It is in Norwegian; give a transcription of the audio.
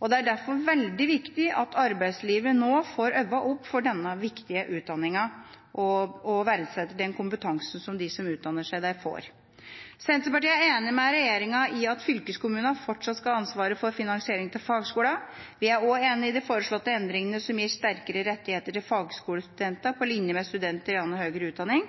Det er derfor veldig viktig at arbeidslivet nå får øynene opp for denne viktige utdanningen og verdsetter kompetansen de som utdanner seg der, får. Senterpartiet er enig med regjeringa i at fylkeskommunene fortsatt skal ha ansvaret for finansieringen av fagskolene. Vi er også enig i de foreslåtte endringene som gir sterkere rettigheter til fagskolestudentene på linje med studenter i annen høyere utdanning.